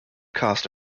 cost